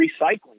recycling